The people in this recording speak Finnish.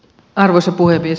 arvoisa puhemies